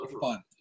fun